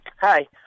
Hi